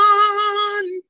one